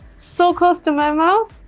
so close to my mouth.